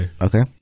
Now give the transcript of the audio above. Okay